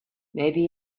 maybe